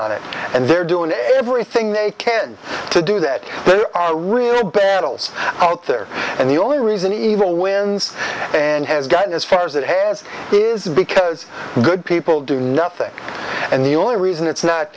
on it and they're doing everything they can to do that there are real battles out there and the only reason evil wins and has gotten as far as it has is because good people do nothing and the only reason it's not